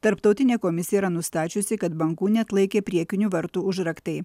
tarptautinė komisija yra nustačiusi kad bangų neatlaikė priekinių vartų užraktai